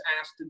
asked